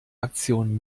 aktion